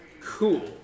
Cool